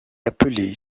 appelée